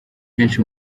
henshi